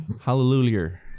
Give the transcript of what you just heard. Hallelujah